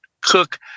cook